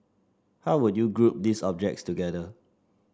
how would you group these objects together